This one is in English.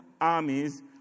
armies